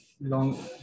long